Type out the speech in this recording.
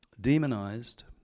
demonized